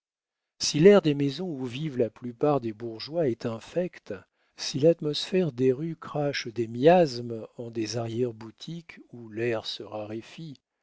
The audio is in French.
si l'air des maisons où vivent la plupart des bourgeois est infect si l'atmosphère des rues crache des miasmes cruels en des arrière-boutiques où l'air se raréfie